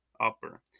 Upper